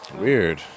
Weird